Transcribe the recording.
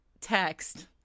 text